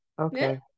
okay